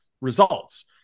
results